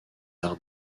arts